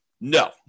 No